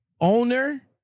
owner